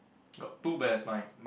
got two bears mine